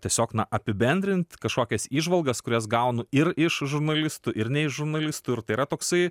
tiesiog na apibendrint kažkokias įžvalgas kurias gaunu ir iš žurnalistų ir ne iš žurnalistų ir tai yra toksai